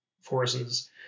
forces